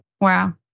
Wow